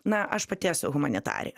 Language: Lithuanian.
na aš pati esu humanitarė